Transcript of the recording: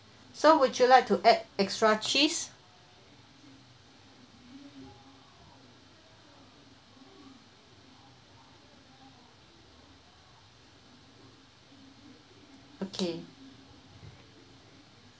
so would you like to add extra cheese okay